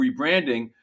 rebranding